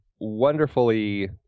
wonderfully